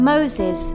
Moses